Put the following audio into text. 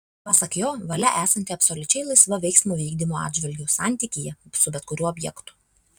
pasak jo valia esanti absoliučiai laisva veiksmo vykdymo atžvilgiu santykyje su bet kuriuo objektu